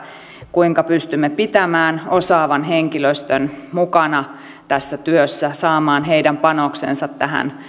kuinka pystymme pitämään osaavan henkilöstön mukana tässä työssä saamaan heidän panoksensa tähän